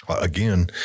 again